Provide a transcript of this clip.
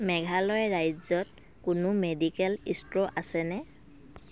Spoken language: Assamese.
মেঘালয় ৰাজ্যত কোনো মেডিকেল ইষ্ট'ৰ আছেনে